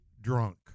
drunk